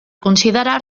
considerar